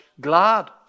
glad